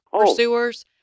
pursuers